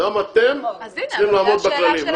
גם אתם צריכים לעמוד בכללים,